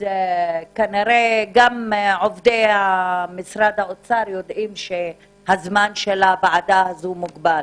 כנראה גם עובדי משרד האוצר יודעים שזמנה של הוועדה הזו מוגבל